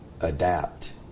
adapt